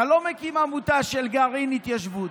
אתה לא מקים עמותה של גרעין התיישבות,